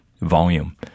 volume